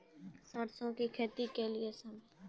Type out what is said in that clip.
सरसों की खेती के लिए समय?